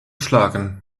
schlagen